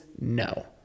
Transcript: No